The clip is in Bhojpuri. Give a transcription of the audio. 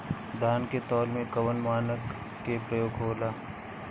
धान के तौल में कवन मानक के प्रयोग हो ला?